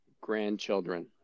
grandchildren